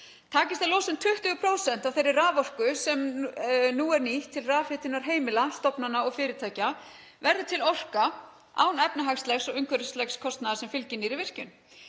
Takist að losa um 20% af þeirri raforku sem nú er nýtt til rafhitunar heimila, stofnana og fyrirtækja verður til orka án efnahagslegs og umhverfislegs kostnaðar sem fylgir nýrri virkjun.